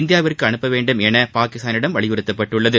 India அனுப்பவேண்டும் என பாகிஸ்தானிடம் வலியுறுத்தப்பட்டுள்ளது